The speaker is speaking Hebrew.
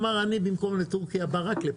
אמר אני במקום לטורקיה בא רק לפה.